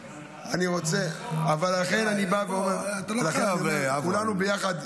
אתה לא חייב --- כולנו ביחד,